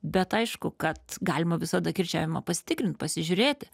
bet aišku kad galima visada kirčiavimą pasitikrint pasižiūrėti